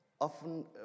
often